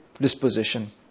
disposition